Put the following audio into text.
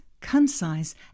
concise